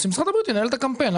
שמשרד הבריאות ינהל את הקמפיין.